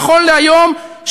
נכון להיום,